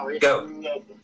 go